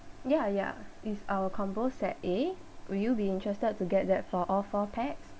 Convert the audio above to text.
ya ya it's our combo set A would you be interested to get that for all four pax